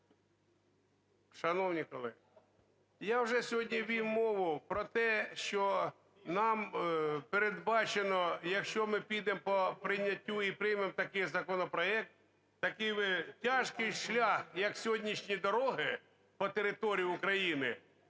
Шановні колеги, я вже сьогодні вів мову про те, що нам передбачено, якщо ми підемо по прийняттю і приймемо такий законопроект, такий тяжкий шлях, як сьогоднішні дороги по території України,